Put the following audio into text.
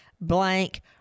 blank